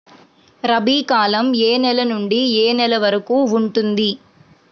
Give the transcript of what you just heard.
రబీ కాలం ఏ నెల నుండి ఏ నెల వరకు ఉంటుంది?